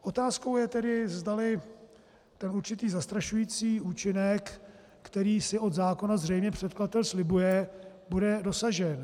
Otázkou je tedy, zdali určitý zastrašující účinek, který si od zákona zřejmě předkladatel slibuje, bude dosažen.